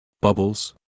Bubbles